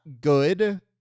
good